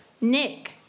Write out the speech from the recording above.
Nick